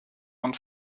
und